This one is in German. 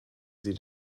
sie